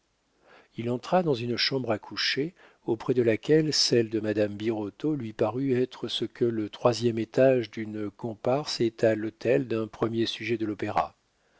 il entra dans une chambre à coucher auprès de laquelle celle de madame birotteau lui parut être ce que le troisième étage d'une comparse est à l'hôtel d'un premier sujet de l'opéra